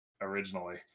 Originally